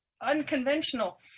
unconventional